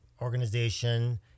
organization